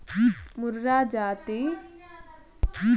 మూర్రాజాతి వినుగోడ్లు, జెర్సీ ఆవులు ఈ గడ్డిని బాగా తింటాయి